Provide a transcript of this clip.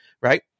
right